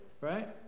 right